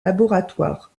laboratoire